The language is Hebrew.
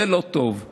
זה לא טוב.